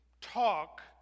talk